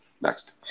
next